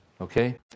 okay